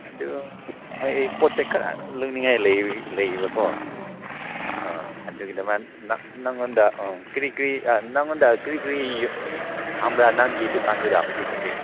ꯑꯗꯨ ꯍꯣꯏ ꯑꯩ ꯄꯣꯠ ꯆꯩ ꯈꯔ ꯂꯧꯅꯤꯉꯥꯏ ꯂꯩꯕꯀꯣ ꯑ ꯑꯗꯨꯒꯤꯗꯃꯛ ꯅꯉꯣꯟꯗ ꯑ ꯀꯔꯤ ꯀꯔꯤ ꯑ ꯅꯉꯣꯟꯗ ꯀꯔꯤ ꯀꯔꯤ ꯐꯪꯕ꯭ꯔꯥ ꯅꯪꯒꯤ ꯗꯨꯀꯥꯟꯗꯨꯗ ꯍꯧꯖꯤꯛ ꯍꯧꯖꯤꯛ